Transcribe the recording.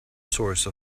source